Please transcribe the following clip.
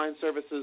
services